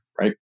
right